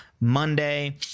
Monday